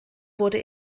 wurde